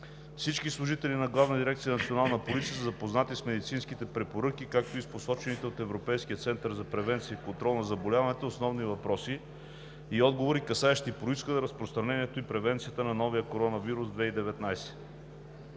Всички служители на Главна дирекция „Национална полиция“ са запознати с медицинските препоръки, както и с посочените от Европейския център за превенция и контрол на заболяванията основни въпроси и отговори, касаещи произхода, разпространението и превенцията на новия коронавирус 2019.